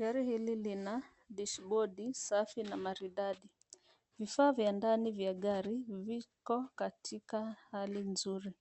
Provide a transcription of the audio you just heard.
Gari hili lina dashboard safi na maridadi. Vifaa vya ndani vya gari viko katika hali nzuri.